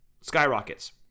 Skyrockets